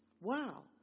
Wow